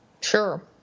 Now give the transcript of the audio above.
Sure